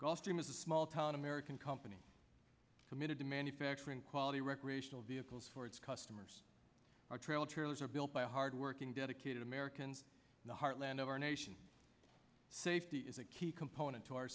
gulfstream is a small town american company committed to manufacturing quality recreational vehicles for its customers our trail chairs are built by hardworking dedicated americans in the heartland of our nation safety is a key component to our